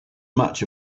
much